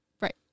Right